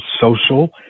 social